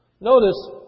Notice